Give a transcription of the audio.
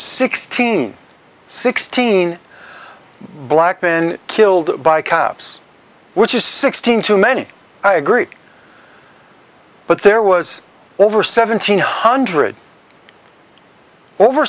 sixteen sixteen black men killed by cops were just sixteen too many i agree but there was over seventeen hundred over